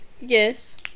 yes